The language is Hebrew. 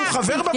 שהוא חבר בוועדה,